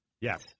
Yes